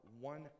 one